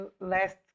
last